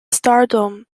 stardom